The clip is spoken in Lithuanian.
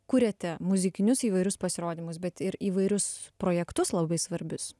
kuriate muzikinius įvairius pasirodymus bet ir įvairius projektus labai svarbius